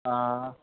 आं